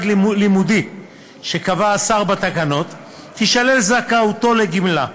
לימודי שקבע השר בתקנות תישלל זכאותו לגמלה.